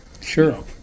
Sure